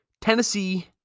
Tennessee